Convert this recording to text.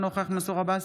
אינו נוכח מנסור עבאס,